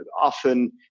often